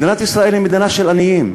מדינת ישראל היא מדינה של עניים,